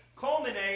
culminate